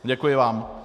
Děkuji vám.